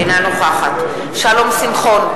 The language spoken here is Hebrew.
בעד שלום שמחון,